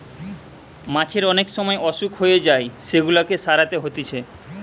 মাছের অনেক সময় অসুখ হয়ে যায় সেগুলাকে সারাতে হতিছে